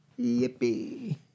Yippee